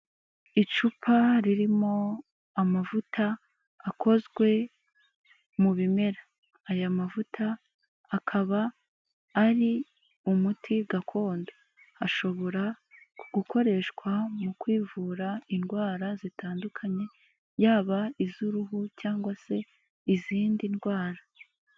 Icupa ririmo amavuta akozwe mu bimera. Aya mavuta akaba ari umuti gakondo. Ashobora gukoreshwa mu kwivura indwara zitandukanye yaba iz'uruhu cyangwa se izindi ndwara.